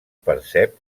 percep